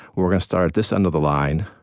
we're going to start at this end of the line,